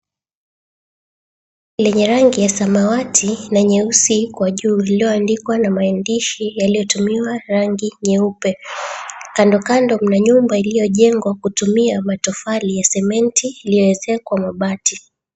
Lenye rangi ya samawati na nyeusi kwa juu iliyoandikwa na maandishi yaliyotumiwa rangi nyeupe. Kandokando mna nyumba iliyojengwa kutumia matofali ya sementi iliyoezekwa mabati.